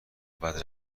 بعد